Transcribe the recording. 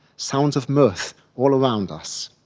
sounds of mirth all around us.